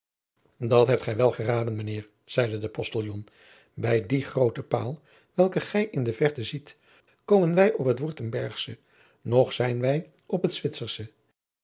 at hebt gij wel geraden mijn eer zeide de ostiljon bij dien grooten paal welken gij in de verte ziet komen wij op het urtembergsche nog zijn wij op het